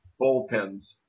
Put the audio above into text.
bullpens